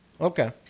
Okay